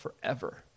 forever